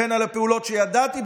בין על הפעולות שידעתי,